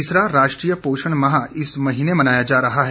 तीसरा राष्ट्रीय पोषण माह इस महीने मनाया जा रहा है